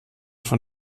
von